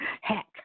Heck